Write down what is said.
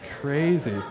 Crazy